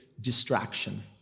distraction